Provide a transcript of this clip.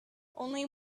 only